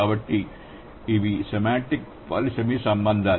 కాబట్టి ఇవి semantic polysemous సంబంధాలు